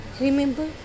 remember